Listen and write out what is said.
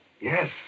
Yes